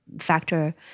factor